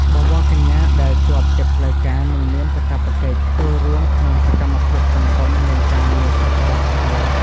បវរកញ្ញាដែលជាប់ជាផ្លូវការនឹងមានកាតព្វកិច្ចចូលរួមក្នុងសកម្មភាពសង្គមនិងការងារសប្បុរសធម៌។